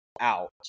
out